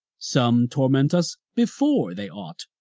some torment us before they ought,